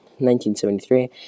1973